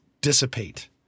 dissipate